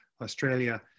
Australia